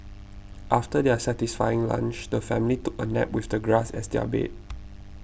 after their satisfying lunch the family took a nap with the grass as their bed